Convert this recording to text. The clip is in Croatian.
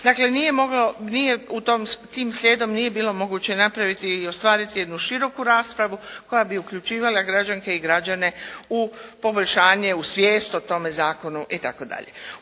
Dakle, nije tim slijedom nije bilo moguće napraviti i ostvariti jednu široku raspravu koja bi uključivale građanke i građane u poboljšanje, u svijest o tome zakonu itd.